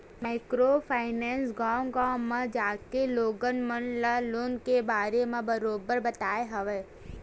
micro finance गाँव गाँव म जाके लोगन मन ल लोन के बारे म बरोबर बताय हवय